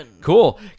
Cool